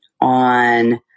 on